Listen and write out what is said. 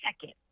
second